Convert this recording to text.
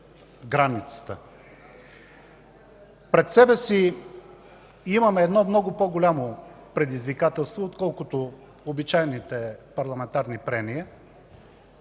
Пред себе си имаме едно много по-голямо предизвикателство, отколкото обичайните парламентарни прения,